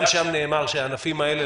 גם שם נאמר שהענפים האלה,